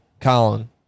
Colin